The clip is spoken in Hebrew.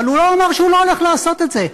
אבל הוא לא אמר שהוא לא הולך לעשות את זה.